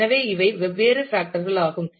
எனவே இவை வெவ்வேறு பேக்டர் கள் ஆகும்